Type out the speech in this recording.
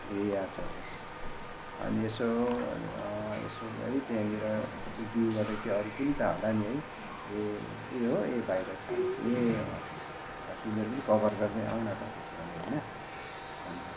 ए आच्छा आच्छा अनि यसो यसो है त्यहाँनिर एक दुईवटा केही अरू पनि त होला नि है ए हो ए भाइलाई थाहा रहेछ ए अच्छा तिनीहरू पनि कभर गर्दै आउन त त्यसो भने होइन अन्त